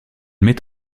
met